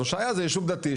אז הושעיה זה ישוב דתי,